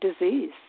disease